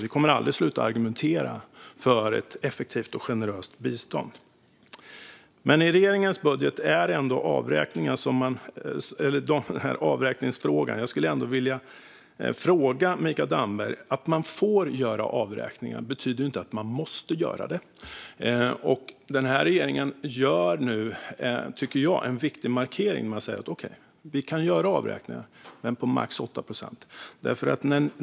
Vi kommer aldrig att sluta argumentera för ett effektivt och generöst bistånd. Jag skulle ändå vilja fråga Mikael Damberg om avräkningar. Att man får göra avräkningar betyder inte att man måste göra det. Denna regering gör nu, tycker jag, en viktig markering genom att säga: Okej, vi kan göra avräkningar men på max 8 procent.